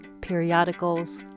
periodicals